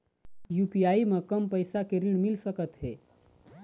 UPI म कम पैसा के ऋण मिल सकथे?